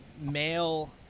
male